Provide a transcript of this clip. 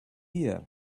here